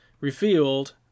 revealed